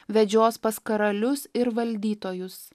vedžios pas karalius ir valdytojus